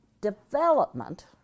development